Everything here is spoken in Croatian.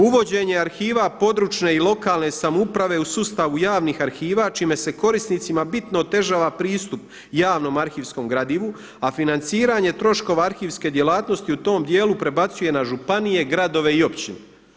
Uvođenje arhiva područne i lokalne samouprave u sustavu javnih arhiva čime se korisnicima bitno otežava pristup javnom arhivskom gradivu, a financiranje troškova arhivske djelatnosti u tom dijelu prebacuje na županije, gradove i općine.